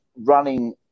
running